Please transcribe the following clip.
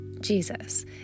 Jesus